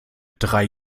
drei